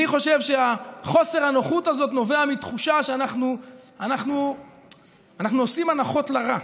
אני חושב שחוסר הנוחות נובע מתחושה שאנחנו עושים הנחות לרע.